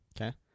Okay